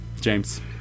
James